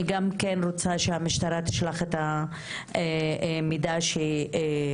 אני גם כן רוצה שהמשטרה תשלח את המידע שביקשתי.